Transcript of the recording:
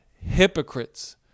hypocrites